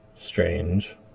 strange